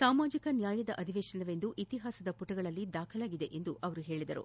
ಸಾಮಾಜಿಕ ನ್ನಾಯದ ಅಧಿವೇಶನ ಎಂದು ಇತಿಹಾಸದ ಪುಟಗಳಲ್ಲಿ ದಾಖಲಾಗಿದೆ ಎಂದು ಹೇಳಿದರು